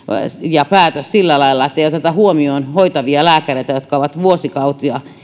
ja päätös sillä lailla ettei oteta huomioon hoitavia lääkäreitä jotka ovat vuosikausia